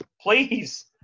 Please